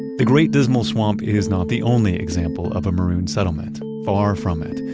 the great dismal swamp is not the only example of a maroon settlement. far from it.